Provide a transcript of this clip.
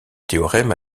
théorème